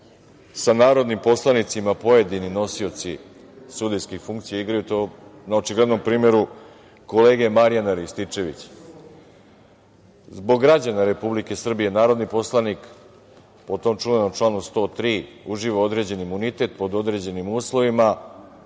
sa narodnim poslanicima pojedini nosioci sudijskih funkcija igraju, to je na očiglednom primeru kolege Marjana Rističevića. Zbog građana Republike Srbije narodni poslanik o tom čuvenom članu 103. uživa određen imunitet pod određenim uslovima,